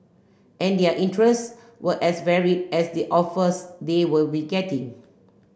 and their interest were as varied as the offers they will be getting